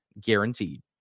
guaranteed